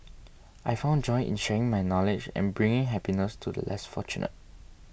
I found joy in sharing my knowledge and bringing happiness to the less fortunate